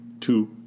two